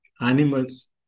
animals